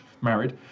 married